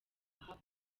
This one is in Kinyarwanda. aha